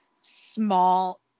small